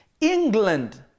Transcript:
England